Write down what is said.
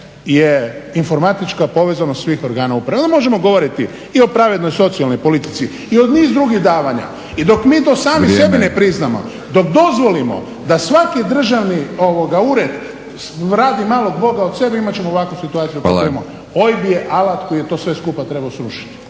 je informatička povezanost svih organa uprave, onda možemo govoriti i o pravednoj socijalnoj politici i o niz drugih davanja. I dok mi to sami sebi ne priznamo, …/Upadica Batinić: Vrijeme./… … dok dozvolimo da svaki državni ured radi malog boga od sebe imat ćemo ovakvu situaciju kakvu imamo. OIB je alat koji je to sve skupa trebao srušiti.